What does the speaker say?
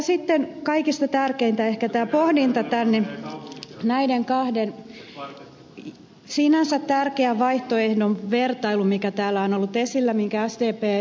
sitten kaikista tärkeintä on ehkä tämä pohdinta näiden kahden sinänsä tärkeän vaihtoehdon vertailu mikä täällä on ollut esillä minkä ed